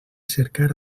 cercar